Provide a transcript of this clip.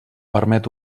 permet